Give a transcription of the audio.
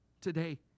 today